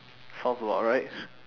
sounds about right